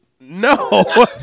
No